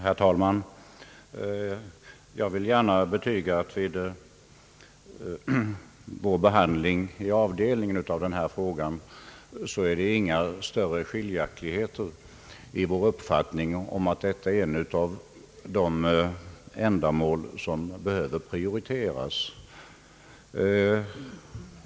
Herr talman! Jag vill gärna betyga att det vid behandlingen i utskottsavdelningen av denna fråga inte rådde några delade meningar om att detta var ett ändamål som behövde prioriteras.